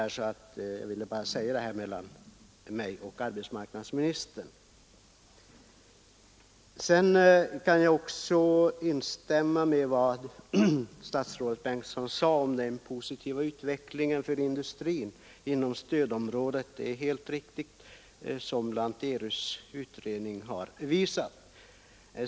Jag kan instämma i vad statsrådet Bengtsson sade om industrins positiva utveckling inom stödområdet. Det är helt riktigt, vilket ERU har bevisat.